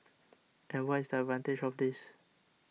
and what is the advantage of this